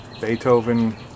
Beethoven